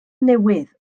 newydd